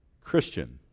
Christian